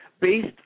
based